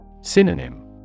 Synonym